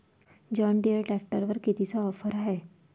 John Deere ट्रॅक्टरवर कितीची offer हाये?